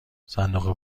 صندوق